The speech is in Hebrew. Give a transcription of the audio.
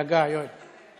תירגע, יואל.